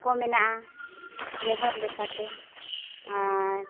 ᱠᱚ ᱢᱮᱱᱟᱜᱼᱟ ᱱᱮᱦᱚᱨ ᱞᱮᱠᱟᱛᱮ ᱟᱨ